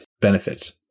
benefits